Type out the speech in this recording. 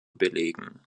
belegen